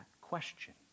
question